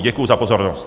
Děkuji za pozornost.